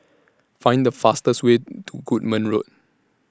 Find The fastest Way to Goodman Road